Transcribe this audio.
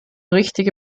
richtige